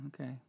okay